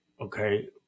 Okay